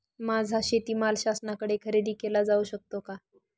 माझा शेतीमाल शासनाकडे खरेदी केला जाऊ शकतो का?